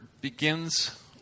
begins